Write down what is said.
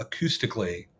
acoustically